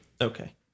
Okay